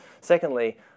Secondly